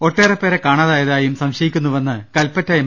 ഒട്ടേറെ പേരെ കാണാതായതായി സംശയിക്കു ന്നുവെന്ന് കല്പ്പറ്റ എം